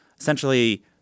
essentially